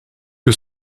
que